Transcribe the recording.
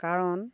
কাৰণ